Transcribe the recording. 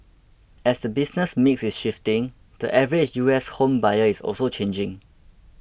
as the business mix is shifting the average U S home buyer is also changing